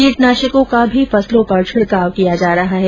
कीटनाशकों का भी फसलों पर छिड़काव किया जा रहा है